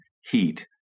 heat